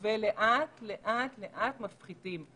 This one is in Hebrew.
ולאט לאט לאט מפחיתים.